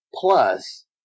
plus